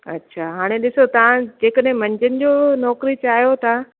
अच्छा हाणे ॾिसो तव्हां जेकॾहिं मंझंदि जो नौकरी चाहियो था